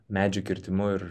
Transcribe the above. medžių kirtimu ir